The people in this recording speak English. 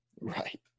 Right